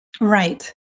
Right